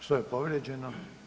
Što je povrijeđeno?